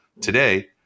Today